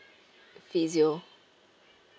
physio